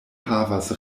havas